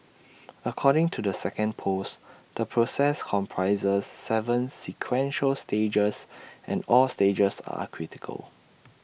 according to the second post the process comprises Seven sequential stages and all stages are critical